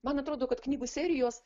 man atrodo kad knygų serijos